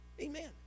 Amen